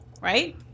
right